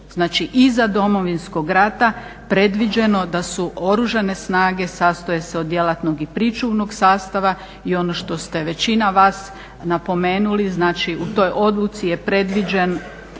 iza Domovinskog rata predviđeno da su Oružane snage sastoje se od Djelatnog i Pričuvnog sastava i ono što ste većina vas napomenuli u toj odluci je predviđen